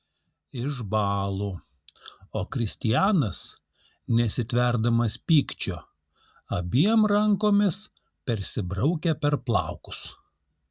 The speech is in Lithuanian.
išbąlu o kristianas nesitverdamas pykčiu abiem rankomis persibraukia per plaukus